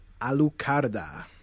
Alucarda